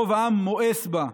רוב העם מואס בה.